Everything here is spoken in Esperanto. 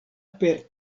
per